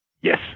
Yes